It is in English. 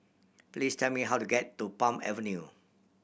please tell me how to get to Palm Avenue